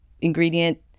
ingredient